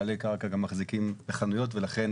בעלי קרקע גם מחזיקים בחנויות ולכן